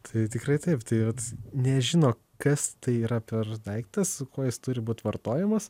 tai tikrai taip tai vat nežino kas tai yra per daiktas su kuo jis turi būt vartojamas